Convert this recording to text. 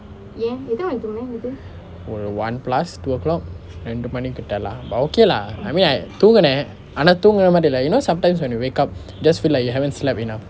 ஒரு:oru one plus two o'clock இரண்டு மணி கிட்டை:irandu mani kitai lah but okay lah I mean I தூங்கினேன் ஆனா தூங்கின மாதிரி இல்லை:thunginaa aanaa thungina maathiri illai you know sometimes when you wake up just feel like you haven't slept enough